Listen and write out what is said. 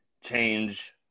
change